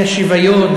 האי-שוויון,